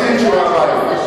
כדאי שתעשה שיעורי-בית.